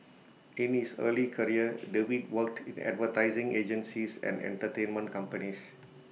in his early career David worked in advertising agencies and entertainment companies